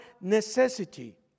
necessity